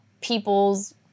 people's